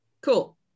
Cool